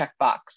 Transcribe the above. checkbox